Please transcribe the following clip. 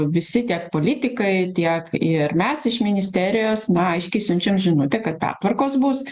visi tiek politikai tiek ir mes iš ministerijos na aiškiai siunčiam žinutę kad pertvarkos bus